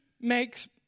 makes